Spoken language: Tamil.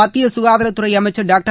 மத்திய சுனதாரத்துறை அமைச்சர் டாக்டர்